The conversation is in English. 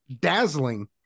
dazzling